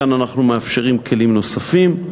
כאן אנחנו מאפשרים כלים נוספים.